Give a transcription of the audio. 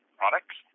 products